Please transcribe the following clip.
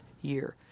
year